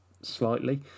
slightly